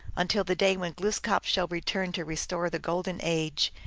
until the day when glooskap shall return to restore the golden age,